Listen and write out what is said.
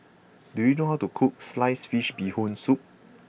do you know how to cook Sliced Fish Bee Hoon Soup